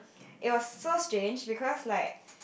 it was so strange because like